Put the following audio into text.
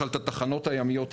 את התחנות הימיות,